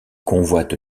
convoite